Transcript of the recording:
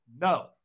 no